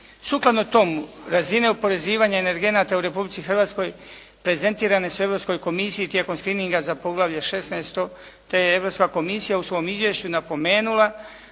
Sukladno tome, razine oporezivanja energenata u Republici Hrvatskoj prezentirane su Europskoj komisiji tijekom screnninga za poglavlje 16., te je Europska komisija u svom izvješću napomenula